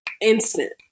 instant